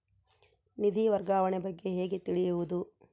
ನಿಧಿ ವರ್ಗಾವಣೆ ಬಗ್ಗೆ ಹೇಗೆ ತಿಳಿಯುವುದು?